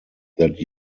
that